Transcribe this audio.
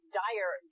dire